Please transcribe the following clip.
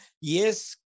Yes